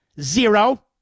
Zero